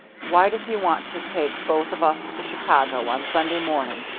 why does he want to take both of us to chicago on sunday morning,